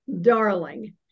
darling